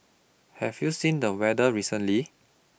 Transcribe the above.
have you seen the weather recently